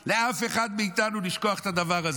לאף אחד מאיתנו, לשכוח את הדבר הזה.